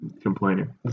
complaining